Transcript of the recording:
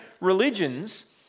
religions